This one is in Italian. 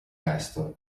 presto